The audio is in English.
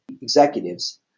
executives